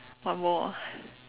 one more ah